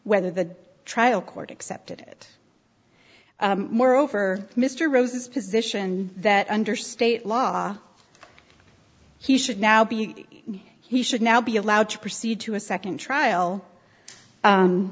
whether the trial court accepted it moreover mr rose's position that under state law he should now be he should now be allowed to proceed to a second trial